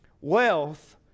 Wealth